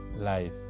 life